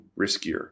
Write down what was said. riskier